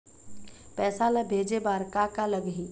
पैसा ला भेजे बार का का लगही?